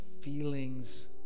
feelings